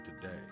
today